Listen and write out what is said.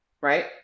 right